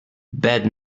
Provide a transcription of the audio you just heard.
bad